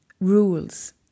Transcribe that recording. rules